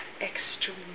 Extreme